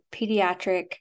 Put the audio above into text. pediatric